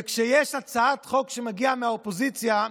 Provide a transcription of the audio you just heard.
וכשיש הצעת חוק שמגיעה מהאופוזיציה,